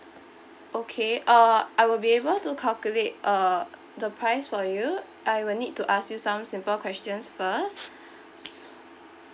okay uh I will be able to calculate uh the price for you I will need to ask you some simple questions first s~